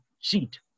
sheet